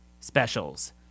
specials